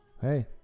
Hey